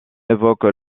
évoque